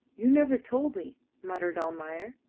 you never told me, muttered almayer.